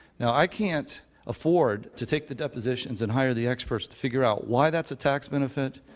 now, i can't afford to take the debt positions and hire the experts to figure out why that's a tax benefit,